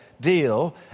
deal